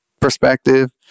perspective